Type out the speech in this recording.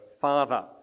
father